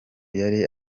yari